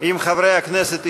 אם חברי הכנסת ישבו,